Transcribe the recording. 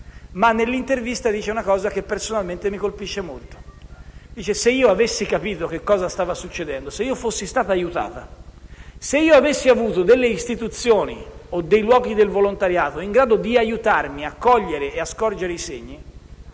ma nell'intervista ha detto una cosa che, personalmente, mi ha molto colpito, ovvero che, se avesse capito cosa stava succedendo, se fosse stata aiutata e se avesse avuto delle istituzioni o dei luoghi del volontariato in grado di aiutarla a cogliere e a scorgere i segni,